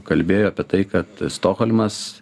kalbėjo apie tai kad stokholmas